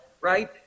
right